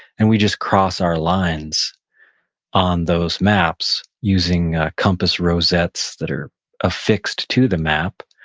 and we just cross our lines on those maps using compass rosettes that are affixed to the map,